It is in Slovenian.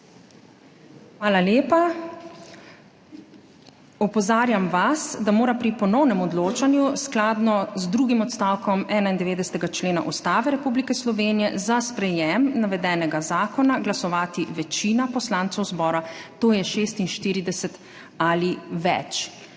Hvala lepa. Opozarjam vas, da mora pri ponovnem odločanju skladno z drugim odstavkom 91. člena Ustave Republike Slovenije za sprejem navedenega zakona glasovati večina poslancev zbora, to je 46 ali več.